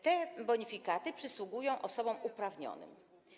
Te bonifikaty przysługują osobom uprawnionym.